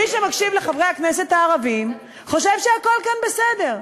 מי שמקשיב לחברי הכנסת הערבים חושב שהכול כאן בסדר.